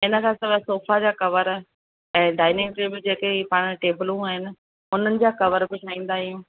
हिन खां सवाइ सोफ़ा जा कवर ऐं डाइनिंग टेबल जेके ई पाणि टेबलूं आहिनि उन्हनि जा कवर बि ठाहींदा आहियूं